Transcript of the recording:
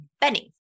Benny